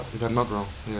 if I am not wrong ya